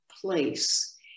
place